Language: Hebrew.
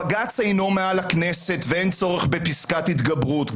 בג"ץ אינו מעל הכנסת ואין צורך בפסקת התגברות.